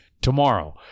tomorrow